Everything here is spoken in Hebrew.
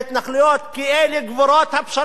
כי אלה גבולות הפשרה ההיסטורית,